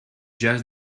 just